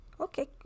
Okay